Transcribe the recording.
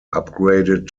upgraded